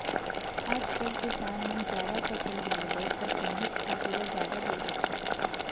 आजकाल किसान मन जादा फसल लिये बर रसायनिक खातू ल जादा बउरत हें